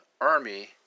Army